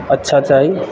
अच्छा चाही